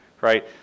Right